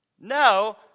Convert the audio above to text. No